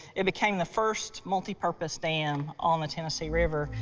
it became the first multipurpose dam on the tennessee river.